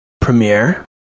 premiere